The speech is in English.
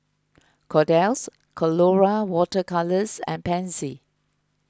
Kordel's Colora Water Colours and Pansy